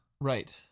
Right